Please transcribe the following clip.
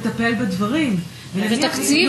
פעולות רשות מקרקעי ישראל לשנת התקציב 2015. תודה.